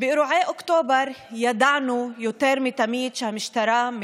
אני קורא אותך לסדר פעם שנייה.